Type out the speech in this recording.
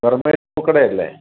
mermaid പൂക്കടയല്ലേ